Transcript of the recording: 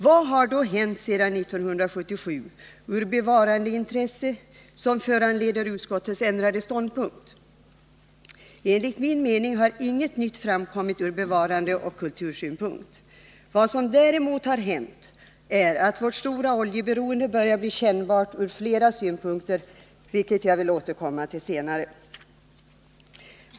Vad har då hänt sedan 1977 när det gäller bevarandeintresset som föranleder utskottets ändrade ståndpunkt? Enligt min mening har inget nytt framkommit från bevarandeoch kultursynpunkt. Vad som däremot har hänt är att vårt stora oljeberoende börjar bli kännbart från flera synpunkter, vilket jag vill återkomma till senare.